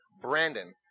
Brandon